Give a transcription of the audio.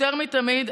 יותר מתמיד,